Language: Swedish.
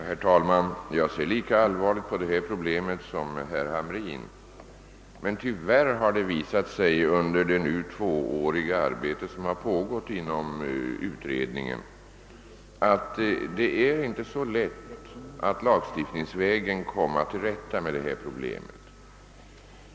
Herr talman! Jag ser lika allvarligt på detta problem som herr Hamrin i Jönköping. Men tyvärr har det under arbetet inom utredningen, som nu pågått i två år, visat sig att det inte är så lätt att lagstiftningsvägen komma till rätta med problemet.